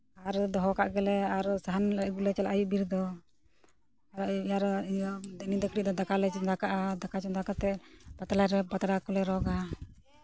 ᱟᱨ ᱫᱚᱦᱚ ᱠᱟᱜ ᱜᱮᱞᱮ ᱟᱨᱚ ᱥᱟᱦᱟᱱ ᱟᱹᱜᱩᱞᱮ ᱪᱟᱞᱟᱜᱼᱟ ᱟᱹᱭᱩᱵ ᱵᱤᱨ ᱫᱚ ᱟᱨᱚ ᱤᱭᱟᱹ ᱫᱤᱱᱤ ᱧᱤᱫᱟᱹ ᱜᱷᱟᱹᱲᱤᱡ ᱫᱚ ᱫᱟᱠᱟᱞᱮ ᱪᱚᱸᱫᱟ ᱠᱟᱜᱼᱟ ᱫᱟᱠᱟ ᱪᱚᱸᱫᱟ ᱠᱟᱛᱮ ᱯᱟᱛᱲᱟ ᱯᱟᱛᱲᱟ ᱠᱚᱞᱮ ᱨᱚᱜᱽᱼᱟ